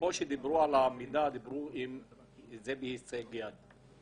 דיברו פה על זה שהמידע בהישג יד.